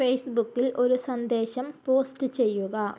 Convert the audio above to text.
ഫേസ്ബുക്കിൽ ഒരു സന്ദേശം പോസ്റ്റ് ചെയ്യുക